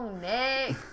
neck